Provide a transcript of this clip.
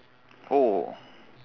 oh